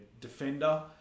defender